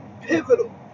pivotal